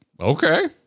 Okay